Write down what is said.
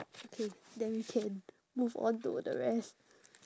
okay then we can move on to the rest